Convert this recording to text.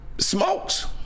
smokes